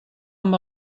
amb